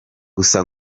gusa